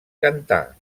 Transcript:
cantar